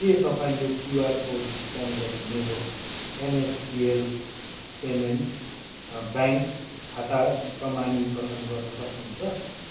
के तपाईँ यो क्युआर कोड स्क्यान गरी मेरो एनएसडिएल पेमेन्ट्स ब्याङ्क खाता प्रमाणीकरण गर्न सक्नुहुन्छ